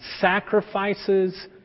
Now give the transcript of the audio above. sacrifices